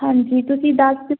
ਹਾਂਜੀ ਤੁਸੀਂ ਦੱਸ